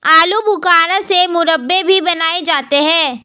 आलू बुखारा से मुरब्बे भी बनाए जाते हैं